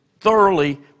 thoroughly